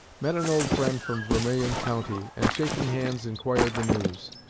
met an old friend from vermilion county, and, shaking hands, inquired the news.